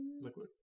liquid